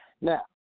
now